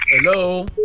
Hello